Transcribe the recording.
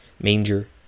manger